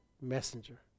messenger